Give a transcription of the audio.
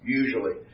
usually